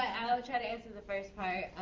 i'll try to answer the first part